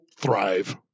thrive